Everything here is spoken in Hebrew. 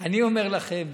--- אני אומר לכם,